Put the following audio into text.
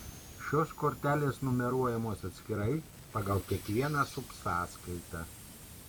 šios kortelės numeruojamos atskirai pagal kiekvieną subsąskaitą